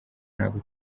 ntabwo